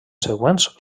següents